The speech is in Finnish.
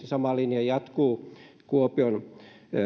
sama linja jatkuu myöskin kuopion